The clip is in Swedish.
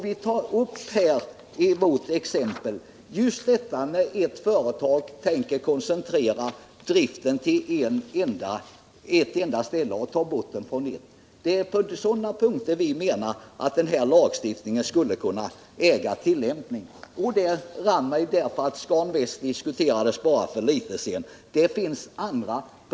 Vi tar i vårt exempel upp ett fall där ett företag tänker koncentrera driften till ett enda ställe genom att lägga ned den vid ett annat. Det är på sådana punkter vi menar att den föreslagna lagstiftningen skulle kunna äga tillämpning. Att jag erinrade mig just detta fall berodde på att Scan Väst diskuterades bara för ett litet tag sedan.